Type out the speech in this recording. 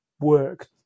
work